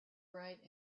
right